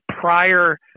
prior